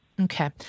Okay